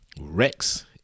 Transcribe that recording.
Rex